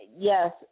Yes